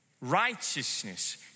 Righteousness